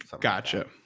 Gotcha